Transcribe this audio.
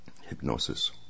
Hypnosis